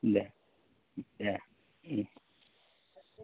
दे दे